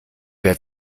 wer